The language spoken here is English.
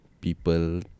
people